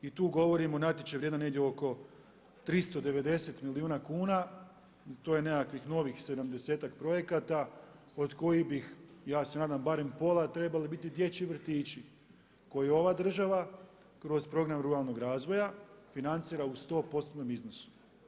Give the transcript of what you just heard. I tu govorimo o natječaju vrijednom negdje oko 390 milijuna kuna, to je nekakvih novih 70-ak projekata od kojih bi, ja se nadam barem pola trebali biti dječji vrtići koje ova država kroz program ruralnog razvoja financira u 100%-tnom izboru.